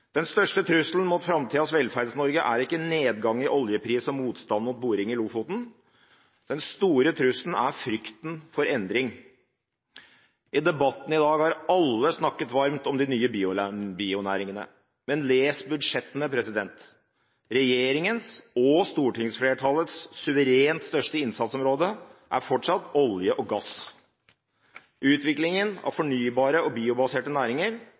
Den største trusselen mot framtidas Velferds-Norge er ikke nedgang i oljepris og motstand mot boring i Lofoten. Den store trusselen er frykten for endring. I debatten i dag har alle snakket varmt om de nye bionæringene, men les budsjettene. Regjeringens og stortingsflertallets suverent største innsatsområde er fortsatt olje og gass. Utviklingen av fornybare og biobaserte næringer